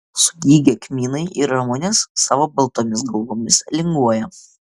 sudygę kmynai ir ramunės savo baltomis galvomis linguoja